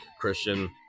Christian